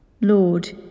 Lord